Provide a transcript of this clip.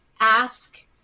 Ask